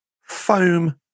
foam